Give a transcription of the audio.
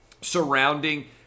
surrounding